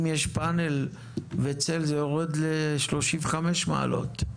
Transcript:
אם יש פאנל וצל, זה יורד ל-35 מעלות.